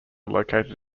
located